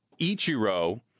Ichiro